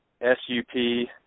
S-U-P